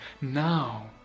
Now